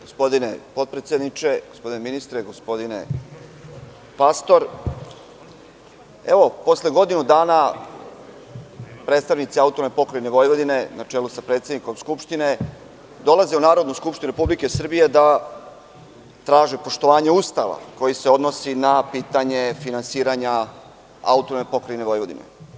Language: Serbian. Gospodine potpredsedniče, gospodine ministre, gospodine Pastor, evo posle godinu dana predstavnici AP Vojvodine, na čelu sa predsednikom Skupštine, dolaze u Narodnu skupštinu Republike Srbije da traže poštovanje Ustava koje se odnosi na pitanje finansiranja AP Vojvodine.